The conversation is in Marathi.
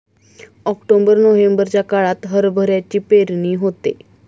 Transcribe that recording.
ऑक्टोबर नोव्हेंबरच्या काळात हरभऱ्याची पेरणी होते